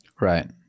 Right